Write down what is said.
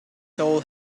soul